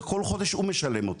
כל חודש הוא משלם אותה,